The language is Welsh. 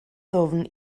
ddwfn